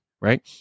right